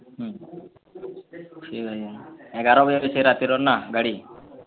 ହୁଁ ଠିକ୍ ଅଛି ଏଗାର୍ ବଜେ ରାତିର ନା ଗାଡ଼ି